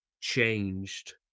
changed